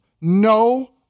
no